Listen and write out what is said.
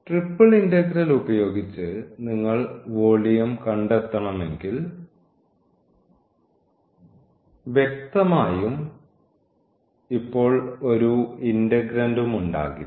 triple integral ഉപയോഗിച്ച് നിങ്ങൾ volume കണ്ടെത്തണമെങ്കിൽ വ്യക്തമായും ഇപ്പോൾ ഒരു ഇന്റഗ്രണ്ടും ഉണ്ടാകില്ല